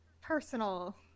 ...personal